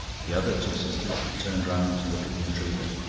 the other two sisters had turned round to look at the intruder.